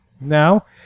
now